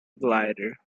glider